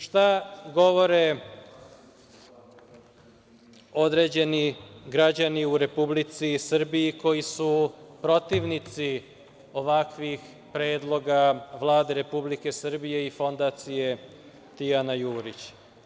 Šta govore određeni građani u Republici Srbiji, koji su protivnici ovakvih predloga Vlade Republike Srbije i Fondacije „Tijana Jurić“